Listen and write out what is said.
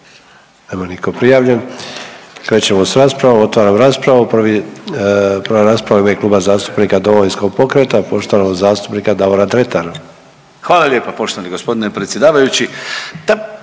Nema niko prijavljen. Krećemo s raspravom, otvaram raspravu. Prva rasprava je u ime Kluba zastupnika Domovinskog pokreta poštovanog zastupnika Davora Dretara. **Dretar, Davor (DP)** Hvala lijepo poštovani g. predsjedavajući.